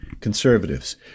conservatives